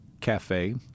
cafe